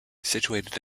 situated